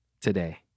today